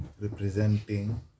representing